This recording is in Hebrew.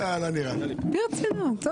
יחד עם החיילים.